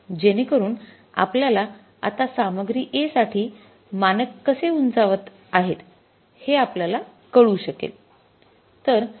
जेणेकरून आपल्याला आता सामग्री A साठी मानक कसे उंचावत आहोत हे आपल्याला कळू शकेल